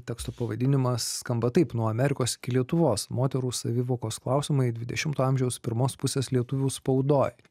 teksto pavadinimas skamba taip nuo amerikos iki lietuvos moterų savivokos klausimai dvidešimto amžiaus pirmos pusės lietuvių spaudoj